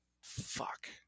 fuck